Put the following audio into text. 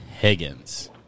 Higgins